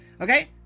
Okay